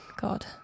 God